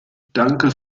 danke